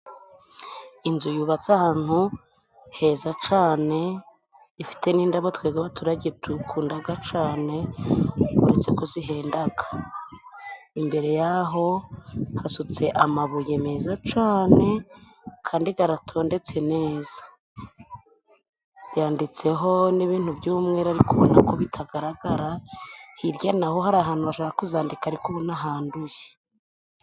Inzu yubatse ahantu heza cane, ifite n'indabo twebwe ababaturage tukundaga cane ,uretse kuzihendaga. Imbere yaho hasutse amabuye meza cane kandi garatondetse neza, yanditseho n'ibintu by'umweru ariko ubona ko bitagaragara hirya naho hari ahantu bashaka kuzandika arikubona handuye.